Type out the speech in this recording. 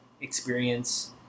experience